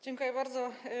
Dziękuję bardzo.